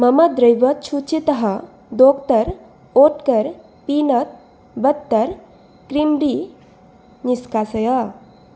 मम द्रव्यसूचीतः doctor Oetker peanut butter creamy निस्कासय